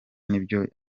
n’ibyo